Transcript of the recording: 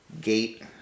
gate